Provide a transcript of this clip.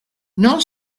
non